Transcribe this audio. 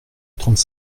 trente